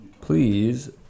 please